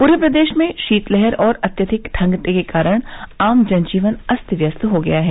पूरे प्रदेश में शीतलहर और अत्यधिक ठंड के कारण आम जन जीवन अस्त व्यस्त हो गया है